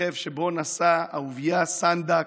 רכב שבו נסע אהוביה סנדק,